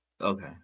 okay